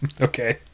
okay